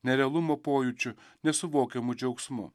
nerealumo pojūčiu nesuvokiamu džiaugsmu